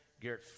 Garrett